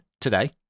today